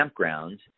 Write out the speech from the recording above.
campgrounds